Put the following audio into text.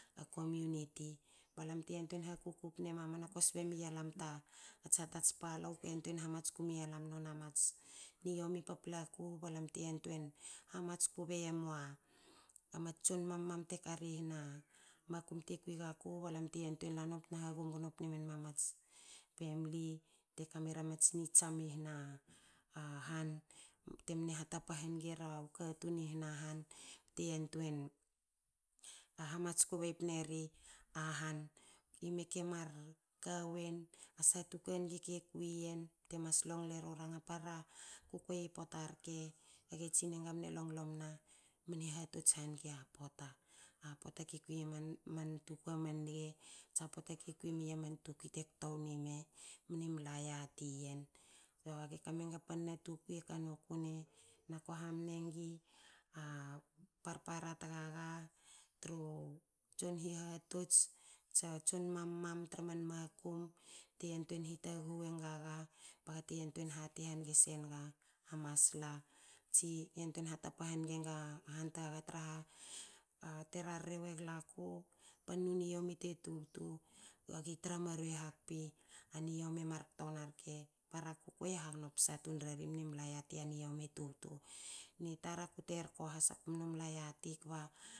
A komuniti ba lam te yantuein hakuku pne mamana no sbe mialam ta sha tats palou ke yantuein hamatsku mi yen a mats niomi paplaku balam te yantuein hamatsku bei emua mats tson mam mam te kari hna makum te kui gaku ba lam te yanteuin la num btna hagum gno pne men ma mats femli te kamera mats ni tsiama i hna han bte mne hatapa hange ra katun i hanahan bte yantuein hamatsku bei pne ri a han i me kemar kawen. a sha tukui a nge ke kui yen mas longlo ru ranga. Para kukuei i pota rke age tsine nga noni mne longlo mna mne hatots hannge a pota. a pota ki kui ya man tukui a man nge tsa pota ki kui a man tukui te kto wni me, mni mla ya ti yen. So age kamenga a pan na tukui e ka noku ne na ko hamne ngi a parpara tagaga tru tson hihatots tsa tson mam mam tra man makum te yantuien hitaghu wen gaga baga te yantuein hati hange senga a masla tsi bagate yantuein hatapa hange nga ahan tagaga traha te rarre w eglaku. pannu niomi te mar kto wna rke. Para kukuei e hagno psa tun reri. mni mla yati a niomi e tubtu. Ni tar aku terko has aku mnu mla yati kba